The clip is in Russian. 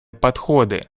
подходы